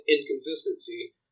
inconsistency